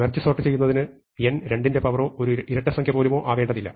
merge sort ചെയ്യുന്നതിന് n 2ന്റെ പവറോ ഒരു ഇരട്ടസംഖ്യ പോലുമോ ആയിരിക്കേണ്ടതില്ല